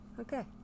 Okay